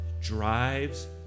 drives